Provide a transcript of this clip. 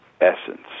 essence